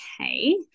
okay